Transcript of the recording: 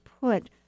put